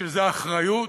שזה אחריות.